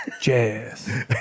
Jazz